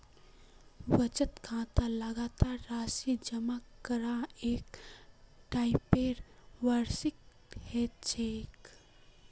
बचत खातात लगातार राशि जमा करना एक टाइपेर वार्षिकी ह छेक